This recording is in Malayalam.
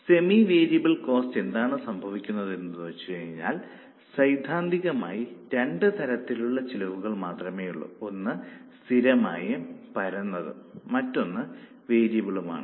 സെമി വേരിയബിൾ കോസ്റ്റിൽ എന്താണ് സംഭവിക്കുന്നതെന്നു വെച്ചാൽ സൈദ്ധാന്തികമായി രണ്ട് തരത്തിലുള്ള ചെലവുകൾ മാത്രമേയുള്ളൂ ഒന്ന് സ്ഥിരമായും പരന്നതും മറ്റൊന്ന് വേരിയബളും ആണ്